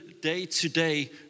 day-to-day